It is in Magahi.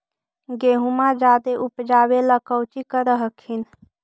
गेहुमा जायदे उपजाबे ला कौची कर हखिन?